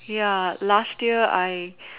ya last year I